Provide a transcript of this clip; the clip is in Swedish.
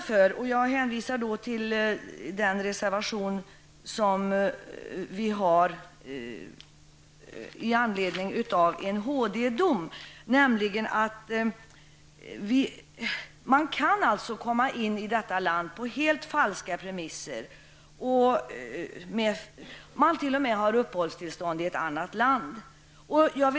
Jag kan hänvisa till vår reservation med anledning av en HD-dom när jag säger att det går att komma in i detta land på helt falska premisser. Det har t.o.m. hänt att personer med uppehållstillstånd i ett annat land har gjort det.